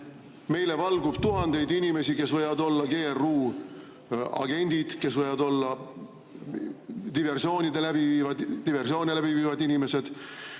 Meile valgub tuhandeid inimesi, kes võivad olla GRU agendid, kes võivad olla diversioone läbi viivad inimesed.